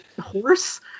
horse